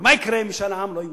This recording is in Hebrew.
ומה יקרה אם משאל העם לא יאשר?